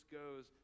goes